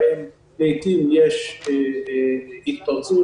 בהם לעתים יש התפרצות,